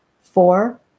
four